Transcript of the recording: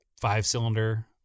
five-cylinder